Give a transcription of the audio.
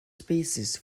species